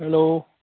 hello